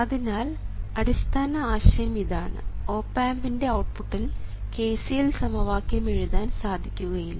അതിനാൽ അടിസ്ഥാന ആശയം ഇതാണ് ഓപ് ആമ്പിൻറെ ഔട്ട്പുട്ടിൽ KCL സമവാക്യം എഴുതാൻ സാധിക്കുകയില്ല